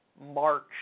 March